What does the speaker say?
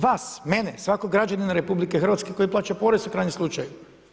Vas, mene, svakog građanina RH koji plaća porez u krajnjem slučaju.